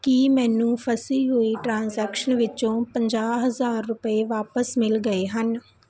ਕੀ ਮੈਨੂੰ ਫਸੀ ਹੋਈ ਟ੍ਰਾਂਜੈਕਸ਼ਨ ਵਿੱਚੋਂ ਪੰਜਾਹ ਹਜ਼ਾਰ ਰੁਪਏ ਵਾਪਿਸ ਮਿਲ ਗਏ ਹਨ